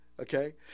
Okay